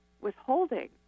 withholding